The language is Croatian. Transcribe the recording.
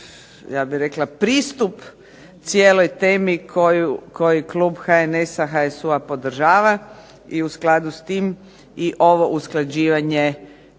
ja bih rekla pristup cijeloj temi koji klub HNS-a, HSU-a podržava i u skladu s tim i ovo usklađivanje